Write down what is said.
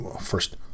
first